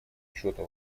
учета